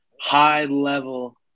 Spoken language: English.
high-level